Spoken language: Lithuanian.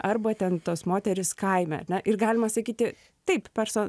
arba ten tos moterys kaime ane ir galima sakyti taip perso